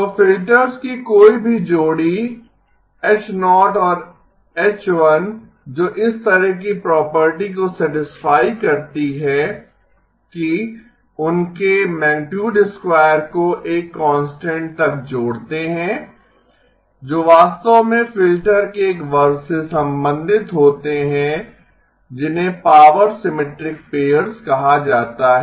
तो फिल्टर्स की कोई भी जोड़ी H 0 और H 1 जो इस तरह की प्रॉपर्टी को सैटिस्फाई करती है कि उनके मैगनीटुड स्क्वायर को एक कांस्टेंट तक जोड़ते हैं जो वास्तव में फिल्टर के एक वर्ग से संबंधित होते हैं जिन्हें पॉवर सिमेट्रिक पेयर्स कहा जाता है